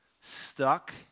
stuck